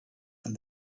and